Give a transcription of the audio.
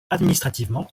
administrativement